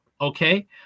okay